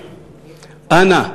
אנא,